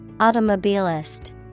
Automobilist